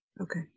Okay